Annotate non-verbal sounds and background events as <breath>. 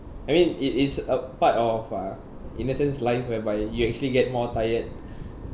I mean it it's a part of uh in a sense life whereby you actually get more tired <breath>